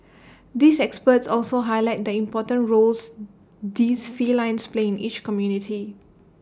these excerpts also highlight the important roles these felines play in each community